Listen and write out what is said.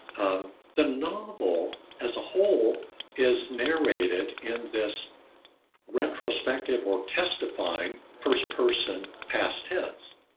the novel as a whole is narrated in this retrospective or testifying first person past tense.